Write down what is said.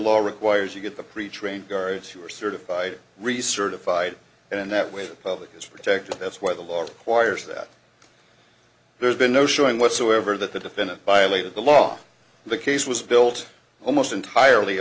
law requires you get the pre trained guards who are certified recertified and that way the public is protected that's why the law requires that there's been no showing whatsoever that the defendant by later the law the case was built almost entirely